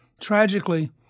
tragically